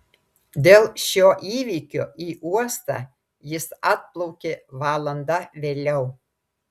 dėl šio įvykio į uostą jis atplaukė valanda vėliau